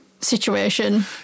situation